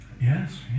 yes